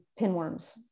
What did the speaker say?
pinworms